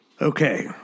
Okay